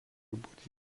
būti